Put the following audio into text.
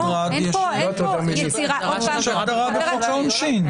יש הגדרה בחוק העונשין.